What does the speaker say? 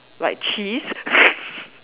like cheese